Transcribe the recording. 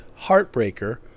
Heartbreaker